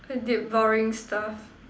I did boring stuff